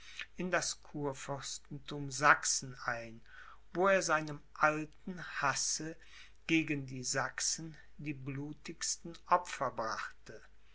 in das kurfürstenthum sachsen ein wo er seinem alten hasse gegen die sachsen die blutigsten opfer brachte